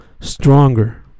stronger